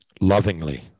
lovingly